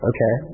Okay